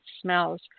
smells